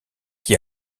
qui